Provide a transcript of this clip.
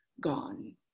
gone